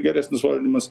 geresnis valdymas